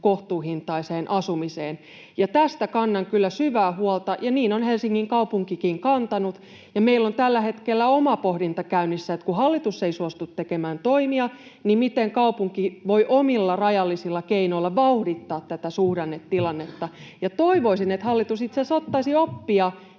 kohtuuhintaiseen asumiseen, ja tästä kannan kyllä syvää huolta. Ja niin on Helsingin kaupunkikin kantanut. Meillä on tällä hetkellä oma pohdinta käynnissä, että kun hallitus ei suostu tekemään toimia, niin miten kaupunki voi omilla rajallisilla keinoillaan vauhdittaa tätä suhdannetilannetta. Toivoisin, että hallitus itse asiassa ottaisi oppia